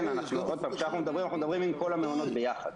כשאנחנו מדברים, אנחנו מדברים עם כל המעונות ביחד.